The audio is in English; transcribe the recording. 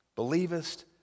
Believest